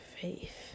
faith